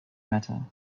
matter